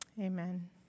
Amen